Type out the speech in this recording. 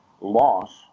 loss